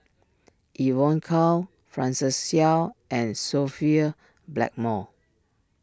Evon Kow Francis Seow and Sophia Blackmore